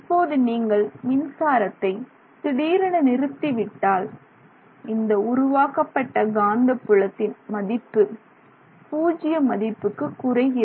இப்போது நீங்கள் மின்சாரத்தை திடீரென நிறுத்தி விட்டால் இந்த உருவாக்கப்பட்ட காந்தப் புலத்தின் மதிப்பு பூஜ்ஜிய மதிப்புக்கு குறைகிறது